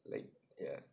like ya